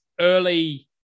Early